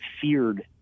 feared